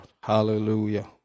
Hallelujah